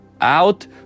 out